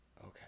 Okay